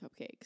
cupcakes